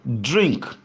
drink